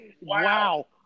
wow